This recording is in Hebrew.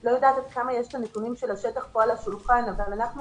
לא יודעת עד כמה יש נתונים של השטח כאן על השולחן אבל אנחנו